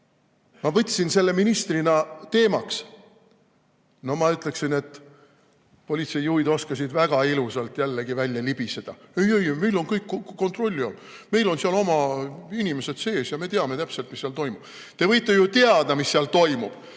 Ma võtsin selle ministrina teemaks. No ma ütleksin, et politseijuhid oskasid väga ilusalt jällegi välja libiseda: ei-ei, meil on kõik kontrolli all, meil on seal oma inimesed sees ja me teame täpselt, mis seal toimub. Te võite ju teada, mis seal toimub,